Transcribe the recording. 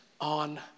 on